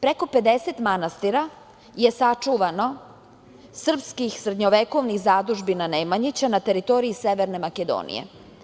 Preko 50 manastira je sačuvano srpskih srednjovekovnih zadužbina Nemanjića na teritoriji Severne Makedonije.